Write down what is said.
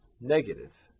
negative